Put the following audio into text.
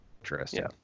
Interesting